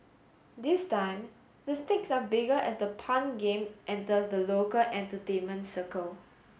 this time the stakes are bigger as the pun game enters the local entertainment circle